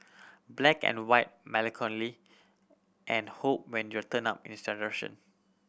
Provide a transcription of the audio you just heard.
black and white melancholy and hope when you turn up